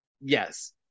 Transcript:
Yes